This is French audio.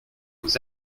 aux